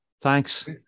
thanks